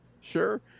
sure